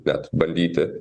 net bandyti